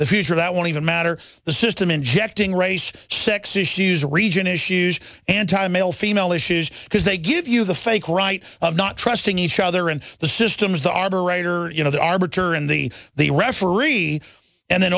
the future that won't even matter the system injecting race sex issues region issues anti male female issues because they give you the fake right of not trusting each other and the system is the operator you know the arbiter and the the referee and then